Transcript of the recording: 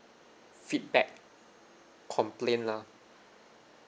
feedback complain lah